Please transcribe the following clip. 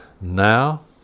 Now